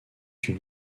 une